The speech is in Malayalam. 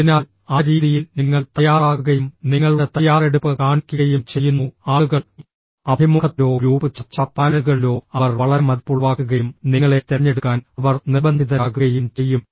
അതിനാൽ ആ രീതിയിൽ നിങ്ങൾ തയ്യാറാകുകയും നിങ്ങളുടെ തയ്യാറെടുപ്പ് കാണിക്കുകയും ചെയ്യുന്നു ആളുകൾ അഭിമുഖത്തിലോ ഗ്രൂപ്പ് ചർച്ചാ പാനലുകളിലോ അവർ വളരെ മതിപ്പുളവാക്കുകയും നിങ്ങളെ തിരഞ്ഞെടുക്കാൻ അവർ നിർബന്ധിതരാകുകയും ചെയ്യും